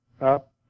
up